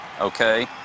okay